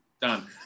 Done